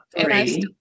three